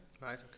Right